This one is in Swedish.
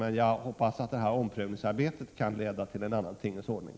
Men jag hoppas att omprövningsarbetet kan leda till en annan tingens ordning.